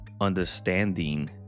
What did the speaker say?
understanding